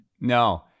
No